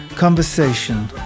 Conversation